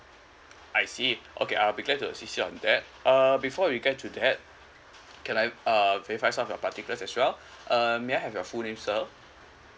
I see okay I'll be glad to assist you on that uh before we get to that can I uh verify some of your particulars as well uh may I have your full name sir